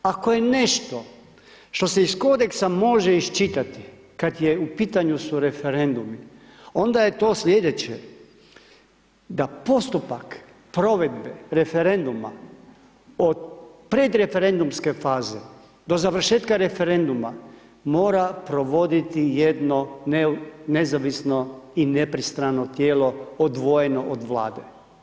Ako je nešto što se iz kodeksa može iščitati kada je u pitanju su referendumi onda je to sljedeće da postupak provedbe referenduma od predreferendumske faze do završetka referenduma mora provoditi jedno nezavisno i nepristrano tijelo odvojeno od Vlade.